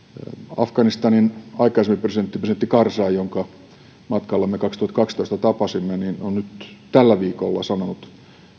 afganistanin aikaisempi presidentti presidentti karzai jonka matkallamme kaksituhattakaksitoista tapasimme on nyt tällä viikolla sanonut